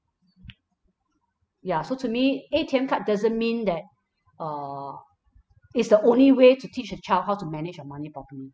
ya so to me A_T_M card doesn't mean that err it's the only way to teach a child how to manage your money properly